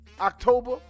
October